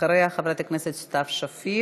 אחריה, חברת הכנסת סתיו שפיר,